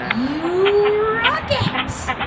you rock and